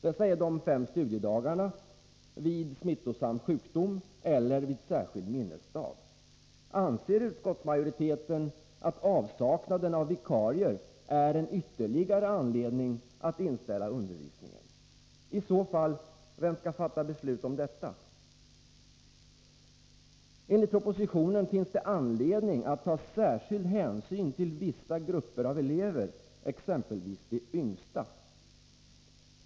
Det är vid de fem studiedagarna, vid smittosam sjukdom eller vid särskild minnesdag. Anser utskottsmajoriteten att avsaknaden av vikarier är en ytterligare anledning att inställa undervisningen? I så fall, vem skall fatta beslut om detta? Enligt propositionen finns det anledning att ”ta särskild hänsyn till vissa grupper av elever, exempelvis de yngsta”.